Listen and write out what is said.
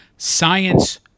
Science